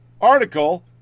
article